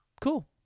cool